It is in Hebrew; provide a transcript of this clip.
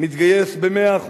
מתגייס ב-100%.